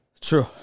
True